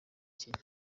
kenya